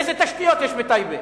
איזה תשתיות יש בטייבה?